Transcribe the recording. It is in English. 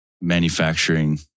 manufacturing